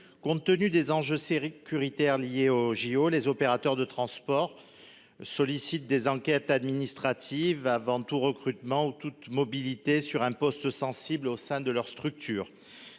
Compte tenu des enjeux sécuritaires liées aux JO. Les opérateurs de transport. Sollicite des enquêtes administratives avant tout recrutement ou toute mobilité sur un poste sensible au sein de leur structure.